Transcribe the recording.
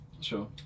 sure